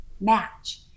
match